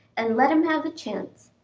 and let him have a chance.